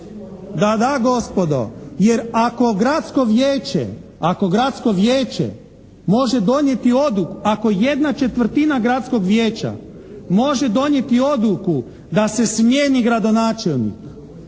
se ne čuje./… Jer ako gradsko vijeće može donijeti odluku, ako jedna četvrtina gradskog vijeća može donijeti odluku da se smijeni gradonačelnik